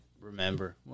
remember